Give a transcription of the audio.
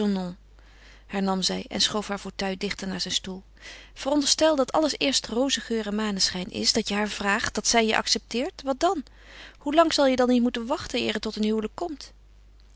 raisonnons hernam zij en schoof haar fauteuil dichter naar zijn stoel veronderstel dat alles eerst rozengeur en maneschijn is dat je haar vraagt dat zij je accepteert wat dan hoe lang zal je dan niet moeten wachten eer het tot een huwelijk komt